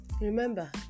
Remember